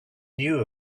knew